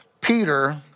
Peter